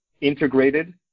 integrated